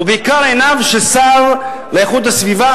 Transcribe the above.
ובעיקר עיניו של השר להגנת הסביבה,